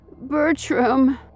Bertram